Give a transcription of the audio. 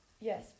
Yes